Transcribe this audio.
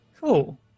Cool